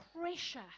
pressure